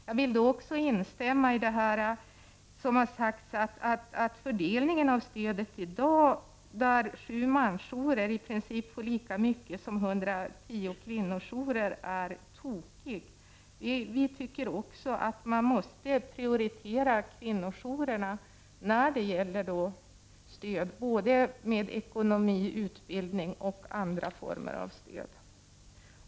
Jag vill också instämma i det som har sagts, att fördelningen av stödet i dag, då 7 mansjourer i princip får lika mycket som 110 kvinnojourer, är tokigt. Vi tycker också att man måste prioritera kvinnojourerna och ge dem stöd med ekonomi och utbildning samt andra former av stöd.